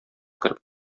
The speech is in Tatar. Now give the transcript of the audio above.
кереп